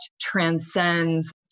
transcends